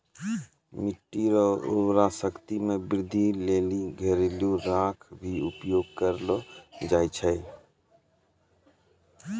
मिट्टी रो उर्वरा शक्ति मे वृद्धि लेली घरेलू राख भी उपयोग करलो जाय छै